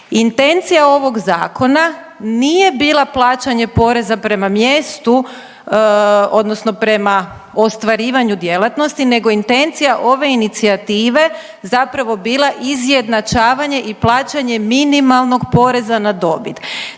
Intencija ovog Zakona nije bila plaćanje poreza prema mjestu odnosno prema ostvarivanju djelatnosti, nego intencija ove inicijative zapravo bila izjednačavanje i plaćanje minimalnog poreza na dobit.